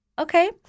Okay